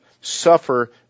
suffer